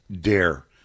dare